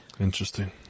Interesting